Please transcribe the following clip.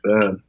bad